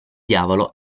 diavolo